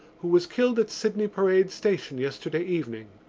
who was killed at sydney parade station yesterday evening.